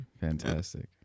Fantastic